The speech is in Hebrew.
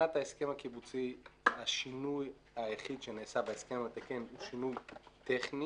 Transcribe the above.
שמבחינת ההסכם הקיבוצי השינוי היחיד שנעשה בהסכם הוא שינוי טכני